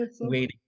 waiting